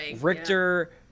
Richter